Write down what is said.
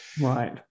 right